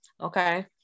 Okay